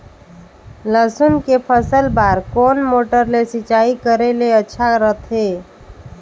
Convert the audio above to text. लसुन के फसल बार कोन मोटर ले सिंचाई करे ले अच्छा रथे?